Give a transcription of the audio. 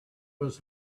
was